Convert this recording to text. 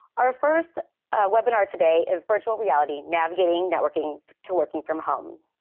our first webinar today is virtual reality navigating networking to working from home.